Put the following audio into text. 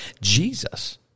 Jesus